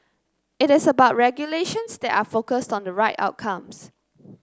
it is about regulations that are focused on the right outcomes